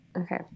Okay